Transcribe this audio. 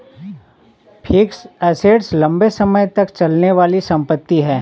fixed assets लंबे समय तक चलने वाली संपत्ति है